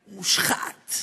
מושחת,